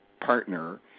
partner